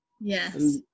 yes